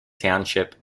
township